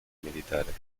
militares